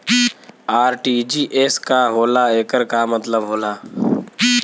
RTGS का होला एकर का मतलब होला?